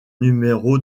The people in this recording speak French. numéro